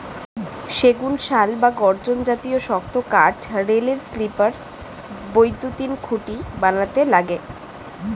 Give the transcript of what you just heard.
সেগুন, শাল বা গর্জন জাতীয় শক্ত কাঠ রেলের স্লিপার, বৈদ্যুতিন খুঁটি বানাতে লাগে